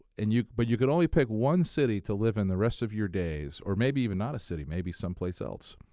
and but you could only pick one city to live in the rest of your days or maybe even not a city, maybe someplace else.